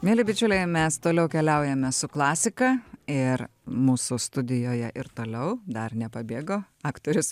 mieli bičiuliai mes toliau keliaujame su klasika ir mūsų studijoje ir toliau dar nepabėgo aktorius